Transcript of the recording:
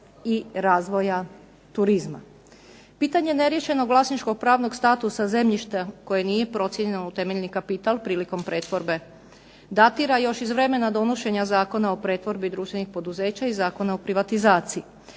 i razvoja turizma. Pitanje neriješenog vlasničko-pravnog statusa zemljište koje nije procijenjeno u temeljni kapital prilikom pretvorbe datira još iz vremena donošenja Zakona o pretvorbi društvenih poduzeća i Zakona o privatizaciji.